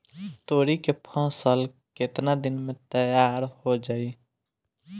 तोरी के फसल केतना दिन में तैयार हो जाई?